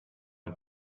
ein